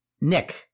Nick